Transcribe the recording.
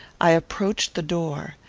i approached the door.